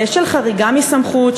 של חריגה מסמכות,